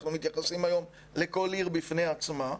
אנחנו מתייחסים היום לכל עיר בפני עצמה.